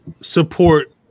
support